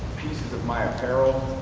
of my apparel,